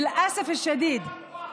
(אומרת בערבית: לצערי הרב,